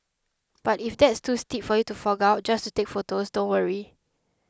but if that's too steep for you to fork out just to take photos don't worry